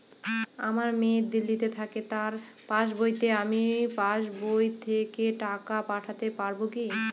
আমার মেয়ে দিল্লীতে থাকে তার পাসবইতে আমি পাসবই থেকে টাকা পাঠাতে পারব কি?